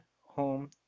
home